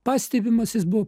pastebimas jis buvo